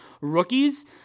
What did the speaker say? rookies